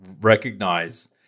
recognize